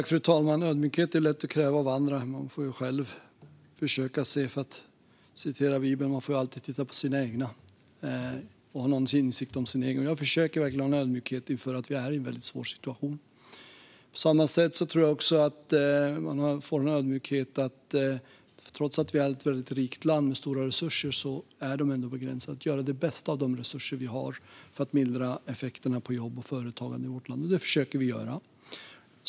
Fru talman! Ödmjukhet är lätt att kräva av andra, men som det står i Bibeln får man alltid titta på och ha en insikt om sina egna. Jag försöker verkligen ha en ödmjukhet inför att vi är i en svår situation. På samma sätt tror jag att man får ha en ödmjukhet inför att trots att vi är ett rikt land med stora resurser är dessa ändå begränsade. Vi får göra det bästa med de resurser vi har för att mildra effekterna på jobb och företagande i vårt land. Det försöker vi göra.